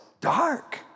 dark